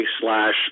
slash